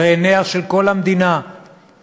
הרי עיניה של כל המדינה נשואות